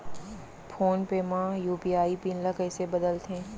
Phone पे म UPI PIN ल कइसे बदलथे?